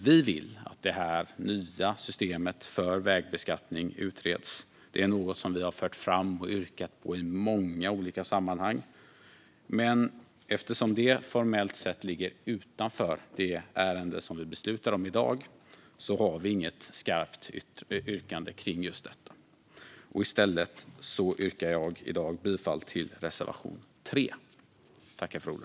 Vi vill att det här nya systemet för vägbeskattning utreds - det är något vi har fört fram och yrkat på i många olika sammanhang - men eftersom det formellt sett ligger utanför det ärende som vi beslutar om i dag har vi inget skarpt yrkande kring just detta. I stället yrkar jag i dag bifall till reservation 3.